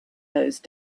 those